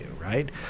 right